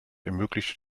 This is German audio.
ermöglichte